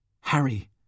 Harry